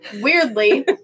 weirdly